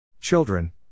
Children